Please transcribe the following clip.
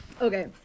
Okay